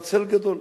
הצל גדול,